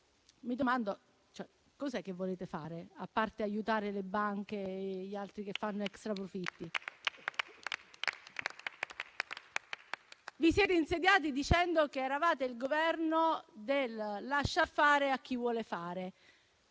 Mi domando cos'è che volete fare, a parte aiutare le banche e gli altri che fanno extraprofitti. Vi siete insediati dicendo che eravate il Governo del lasciar fare a chi vuole fare,